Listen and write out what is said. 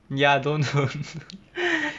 ya don't don't